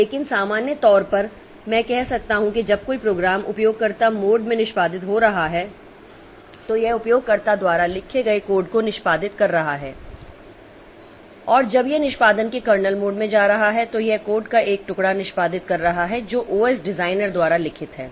लेकिन सामान्य तौर पर मैं कह सकता हूं कि जब कोई प्रोग्राम उपयोगकर्ता मोड में निष्पादित हो रहा है तो यह उपयोगकर्ता द्वारा लिखे गए कोड को निष्पादित कर रहा है और जब यह निष्पादन के कर्नेल मोड में जा रहा है तो यह कोड का एक टुकड़ा निष्पादित कर रहा है जो ओएस डिजाइनर द्वारा लिखित है